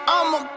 I'ma